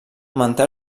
manté